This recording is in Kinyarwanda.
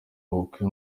ubukwe